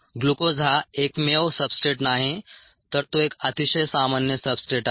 glucose हा एकमेव substrate नाही तर तो एक अतिशय सामान्य सब्सट्रेट आहे